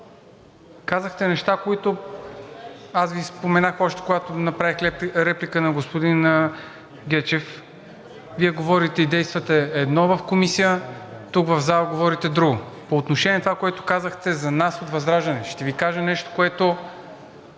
казахте неща, които аз Ви споменах, още когато направих реплика на господин Гечев. Вие говорите и действате едно в Комисията, тук в залата говорите друго. По отношение на това, което казахте за нас от ВЪЗРАЖДАНЕ, ще Ви кажа нещо, което